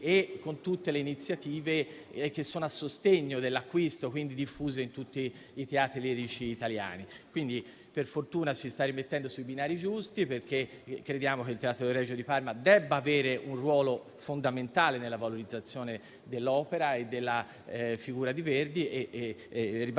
con tutte le iniziative a sostegno dell'acquisto della stessa e che sono diffuse in tutti i teatri lirici italiani. Per fortuna ci si sta rimettendo sui binari giusti, perché crediamo che il Teatro Regio di Parma debba avere un ruolo fondamentale nella valorizzazione dell'opera e della figura di Verdi e ribadisco